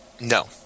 No